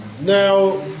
Now